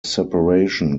separation